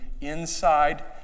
inside